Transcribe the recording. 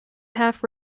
half